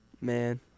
Man